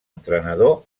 entrenador